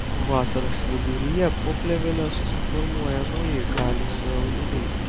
vasaros viduryje po plėvele susiformuoja nauji kaliuso audiniai